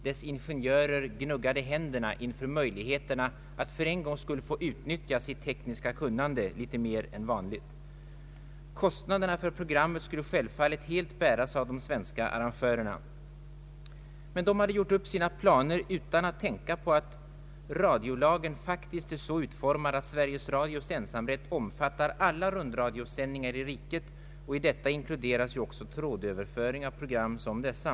Dess ingenjörer gnuggade händerna inför möjligheten att för en gångs skull få utnyttja sitt tekniska kunnande litet mer än vanligt. Kostnaderna för programmet skulle självfallet helt bäras av de svenska arrangörerna. Men dessa hade gjort upp sina planer utan att tänka på att radiolagen faktiskt är så utformad, att Sveriges Radios ensamrätt omfattar alla rundradiosändningar i riket, och i detta inkluderas också trådöverföring av program som dessa.